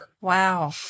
Wow